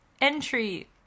entry